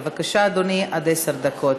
בבקשה, אדוני, עד עשר דקות.